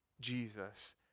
Jesus